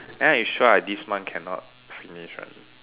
then I sure I this month cannot finish one